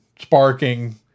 sparking